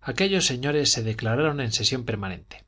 aquellos señores se declararon en sesión permanente